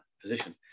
position